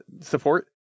support